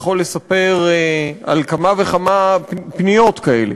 יכול לספר על כמה וכמה פניות כאלה.